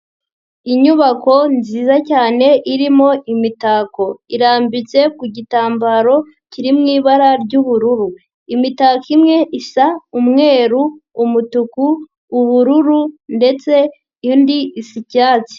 Inyubako nziza cyane irimo imitako. Irambitse ku gitambaro kiri mu ibara ry'ubururu. Imitako imwe isa: umweru, umutuku, ubururu ndetse indi isa icyatsi.